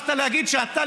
שכחת להגיד שאתה,